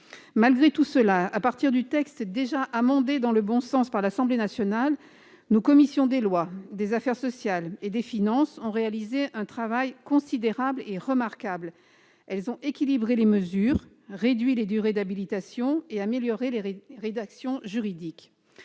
Malgré tout cela, à partir du texte déjà amendé dans le bon sens par l'Assemblée nationale, nos commissions des lois, des affaires sociales et des finances ont réalisé un travail considérable et remarquable. Elles ont équilibré les mesures, réduit les durées d'habilitation et amélioré les rédactions juridiques.